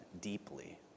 deeply